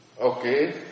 Okay